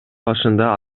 башында